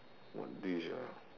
what dish ah